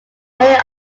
many